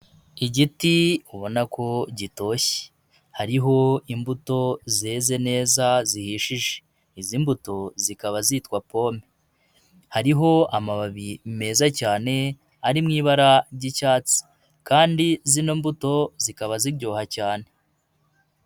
Igiti ubona ko gitoshye, hariho imbuto zeze neza zihishije, izi mbuto zikaba zitwa pome, hariho amababi meza cyane, ari mu ibara ry'icyatsi kandi zino mbuto zikaba ziryoha cyane.